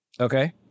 Okay